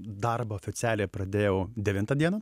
darbą oficialiai pradėjau devintą dieną